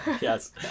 yes